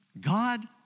God